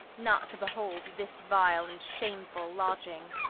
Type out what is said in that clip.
not to behold this vile and shamefull lodging.